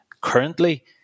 currently